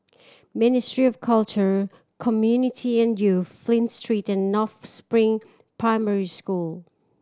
Ministry of Culture Community and Youth Flint Street and North Spring Primary School